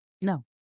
No